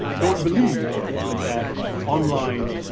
don't believe that that online,